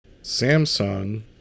Samsung